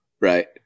right